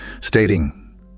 stating